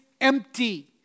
empty